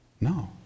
No